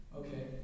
okay